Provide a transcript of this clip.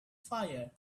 fire